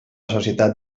societat